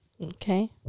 Okay